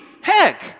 Heck